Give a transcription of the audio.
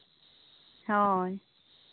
ᱦᱳᱭ